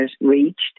reached